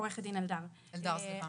הבנתי, עורכת דין אלדר, את רוצה להשיב לה?